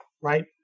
right